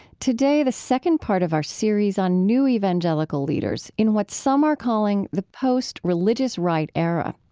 today, the second part of our series on new evangelical leaders in what some are calling the post-religious right era.